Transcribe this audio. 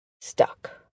stuck